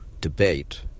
debate